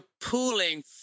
pulling